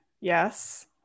Yes